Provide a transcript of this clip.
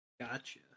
gotcha